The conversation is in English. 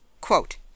Quote